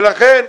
ולכן,